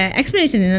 explanation